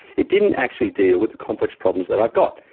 it didn't actually deal with the complex problems that i've got.